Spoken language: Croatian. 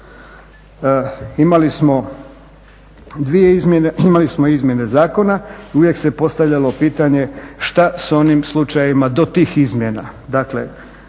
imali smo izmjene zakona, uvijek se postavljalo pitanje šta sa onim slučajevima do tih izmjena.